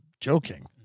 joking